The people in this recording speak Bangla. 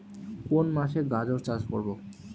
কোন মাসে গাজর চাষ করব?